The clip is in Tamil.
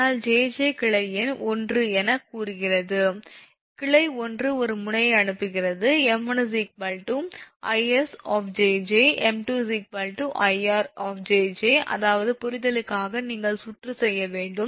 அதனால் 𝑗𝑗 கிளை எண் 1 என்று கூறுகிறது கிளை 1 ஒரு முனையை அனுப்புகிறது 𝑚1 𝐼𝑆 𝑗𝑗 𝑚2 𝐼𝑅 𝑗𝑗 அதாவது புரிதலுக்காக நீங்கள் சுற்று செய்ய வேண்டும்